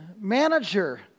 manager